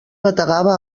bategava